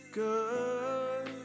good